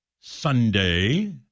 Sunday